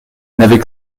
n’avait